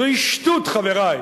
זוהי שטות, חברי,